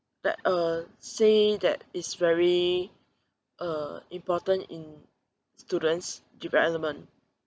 that uh say that it's very uh important in students' development